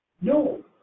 no